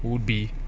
would be